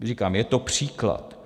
Říkám, je to příklad.